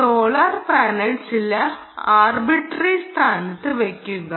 solar panel ചില arbitrary സ്ഥാനത്ത് വയ്ക്കുക